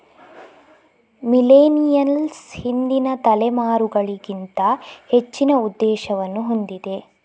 millennials ಹಿಂದಿನ ತಲೆಮಾರುಗಳಿಗಿಂತ ಹೆಚ್ಚಿನ ಉದ್ದೇಶವನ್ನು ಹೊಂದಿದೆ